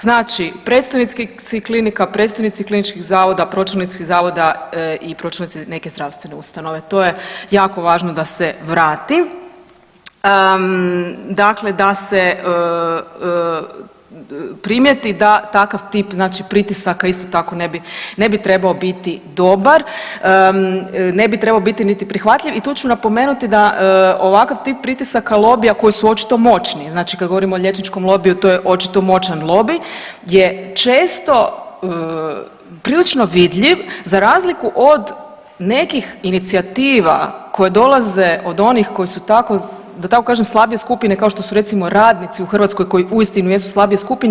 Znači predstojnici klinika, predstojnici kliničkih zavoda, pročelnici zavoda i pročelnici neke zdravstvene ustanove to je jako važno da se vrati, dakle da se primijeti da takav tip znači pritisaka isto tako ne bi trebao biti dobar, ne bi trebao biti niti prihvatljiv i tu ću napomenuti da ovakav tip pritisaka lobija koji su očito moćni, znači kad govorim o liječničkom lobiju to je očito moćan lobij je često prilično vidljiv za razliku od nekih inicijativa koji dolaze od onih koji su tako, da tako kažem slabije skupine kao što su recimo radnici u Hrvatskoj koji uistinu jesu slabije skupine.